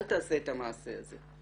אל תעשה את המעשה הזה.